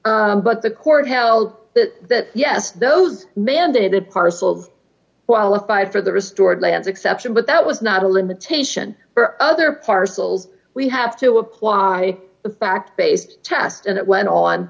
souls but the court held that yes those mandated parcels qualified for the restored lands exception but that was not a limitation for other parcels we have to apply the fact based test and it went on